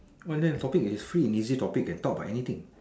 what there is the topic is free and easy topic can talk about anything